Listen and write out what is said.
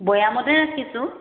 বৈয়ামতে ৰাখিছোঁ